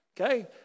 Okay